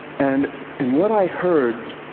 and and what i heard,